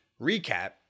recap